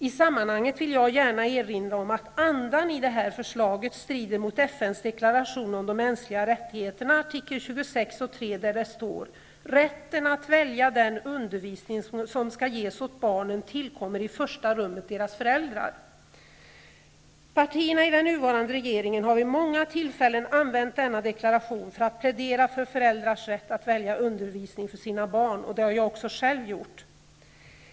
I sammanhanget vill jag erinra om att andan i det här förslaget strider mot FN:s deklaration om de mänskliga rättigheterna, artikel 26:3, där det står: ''Rätten att välja den undervisning, som skall ges åt barnen, tillkommer i första rummet deras föräldrar.'' Partierna i den nuvarande regeringen har vid många tillfällen använt denna deklaration för att plädera för föräldrars rätt att välja undervisning för sina barn. Det har jag själv också gjort.